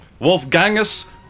Wolfgangus